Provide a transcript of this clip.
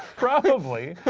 probably.